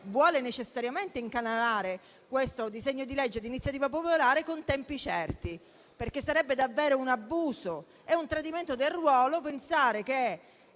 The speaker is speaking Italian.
vuole necessariamente incanalare questo disegno di legge di iniziativa popolare con tempi certi. Sarebbe davvero un abuso, infatti, e un tradimento del nostro ruolo, pensare che